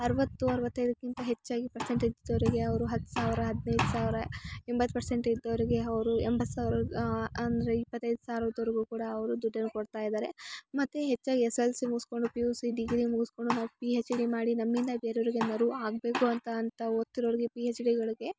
ಅರವತ್ತು ಅರವತೈದಕ್ಕಿಂತ ಹೆಚ್ಚಾಗಿ ಪರ್ಸೆಂಟೇಜ್ ಇದ್ದೋರಿಗೆ ಅವರು ಹತ್ತು ಸಾವಿರ ಹದಿನೈದು ಸಾವಿರ ಎಂಬತ್ತು ಪರ್ಸೆಂಟ್ ಇದ್ದೋರಿಗೆ ಅವ್ರು ಎಂಬತ್ತು ಸಾವಿರ ಅಂದರೆ ಇಪ್ಪತೈದು ಸಾವಿರದ್ ವರೆಗು ಕೂಡ ಅವರು ದುಡ್ಡನ್ನು ಕೊಡ್ತಾ ಇದ್ದಾರೆ ಮತ್ತು ಹೆಚ್ಚಾಗಿ ಎಸ್ ಎಲ್ ಸಿ ಮುಗಿಸ್ಕೊಂಡು ಪಿ ಯು ಸಿ ಡಿಗ್ರಿ ಮುಗಿಸ್ಕೊಂಡು ಪಿ ಹೆಚ್ ಡಿ ಮಾಡಿ ನಮ್ಮಿಂದ ಬೇರೆ ಅವರಿಗೆ ಮರು ಆಗಬೇಕು ಅಂತ ಅಂತ ಓದ್ತಿರೋರಿಗೆ ಪಿ ಹೆಚ್ ಡಿ ಗಳಗೆ